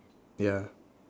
ya